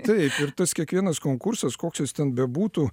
taip ir tas kiekvienas konkursas koks jis ten bebūtų